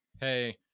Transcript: hey